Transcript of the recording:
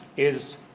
is,